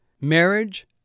Marriage